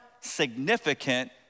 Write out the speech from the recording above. significant